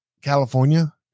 California